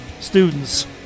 students